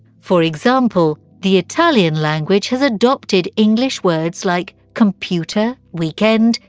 for example the italian language has adopted english words like computer, weekend,